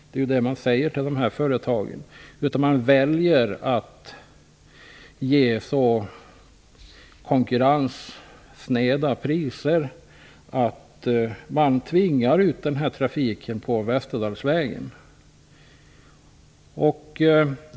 Detta är vad man säger till dessa företagare. Man väljer att ge så konkurrenssnäva priser att man tvingar ut trafiken på Västerdalsvägen.